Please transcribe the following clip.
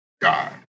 God